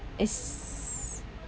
it's